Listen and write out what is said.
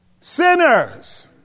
sinners